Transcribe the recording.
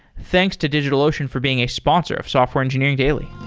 thanks to digitalocean for being a sponsor of software engineering daily.